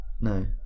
No